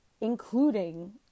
including